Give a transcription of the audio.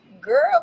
Girl